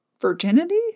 virginity